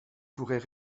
pourrait